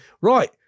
Right